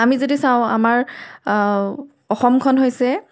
আমি যদি চাওঁ আমাৰ অসমখন হৈছে